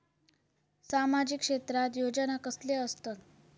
सामाजिक क्षेत्रात योजना कसले असतत?